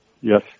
yes